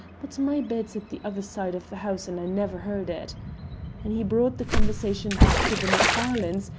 but my bed's at the other side of the house and i never heard it and he brought the conversation back to the macfarlanes,